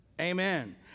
Amen